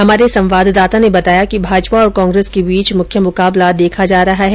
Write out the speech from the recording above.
हमारे संवाददाता ने बताया कि भाजपा और कांग्रेस के बीच मुख्य मुकाबला देखा जा रहा है